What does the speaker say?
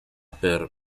per